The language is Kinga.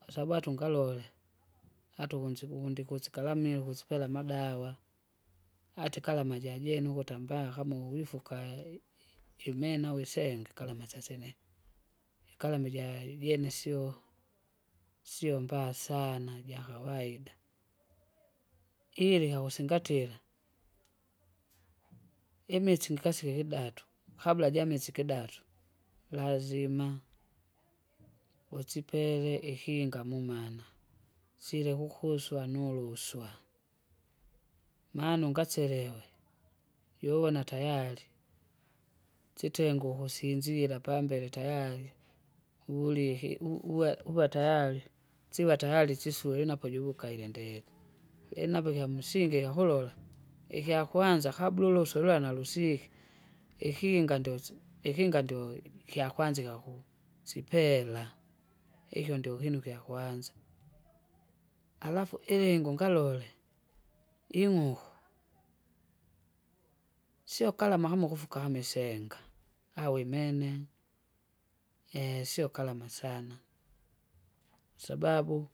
kwasabatu ngalole atukunsiku ndikusikamilo ukusipera madawa, atikala majajene ukuta mbaa kama ulifukai i- imena uwisenga kala masasine. Ikalamu ija- jene sio- siombaya sana jakawaida, ili hawasingatira. Imisingi ngasi ihidatu, kabla jamise ikidatu, lazima, usipele ihinga mumana, sile kukuswa. Maana ungaselewe juvona tayari, sitenguku sinzira pambele tayari, uhuliki u- uva- uvatayari, sivatayari sisule napo juvukaile ndeti, inapo kyamusinge kyakulola, ikyakwanza kabla uluswala nalusike, ikinga ndose ikinga ndo kyakwanza ikaku sipela, ikyo ndio ikinu kyakwanza. Alafu ilingi ungalole, ing'uku, sio kala mahamu ukufu kamisenga, awimene, sio kalama sana, kwasababu.